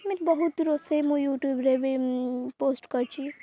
ଏମିତି ବହୁତ ରୋଷେଇ ମୁଁ ୟୁଟ୍ୟୁବରେ ବି ପୋଷ୍ଟ କରିଛି